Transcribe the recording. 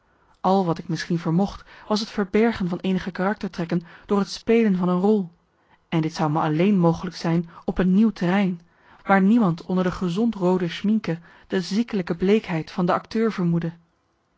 al wat ik misschien vermocht was het verbergen van eenige karaktertrekken door het spelen van een rol en dit zou me alleen mogelijk zijn op een nieuw terrein waar niemand onder de gezond roode schminke de ziekelijke bleekheid van de acteur vermoedde